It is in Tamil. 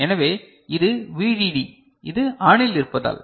எனவே இது VDD இது ஆனில் இருப்பதால்